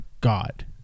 god